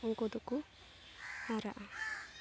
ᱩᱱᱠᱩ ᱫᱚᱠᱚ ᱦᱟᱨᱟᱜᱼᱟ